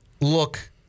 look